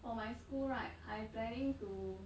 for my school right I planning to